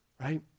right